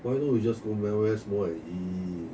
why don't we just go we~ west mall and eat